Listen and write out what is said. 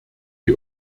die